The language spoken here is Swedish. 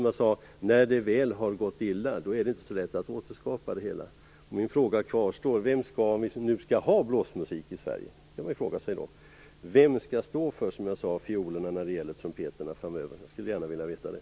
När det väl har gått illa är det inte så lätt att återskapa. Min fråga kvarstår: Vem skall, om vi nu skall ha blåsarmusik i Sverige - det kan man fråga sig - stå för fiolerna när det gäller trumpeterna framöver? Jag skulle gärna vilja veta det.